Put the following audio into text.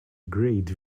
great